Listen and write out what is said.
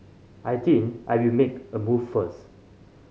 I think I will make a move first